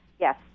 yes